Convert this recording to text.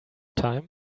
time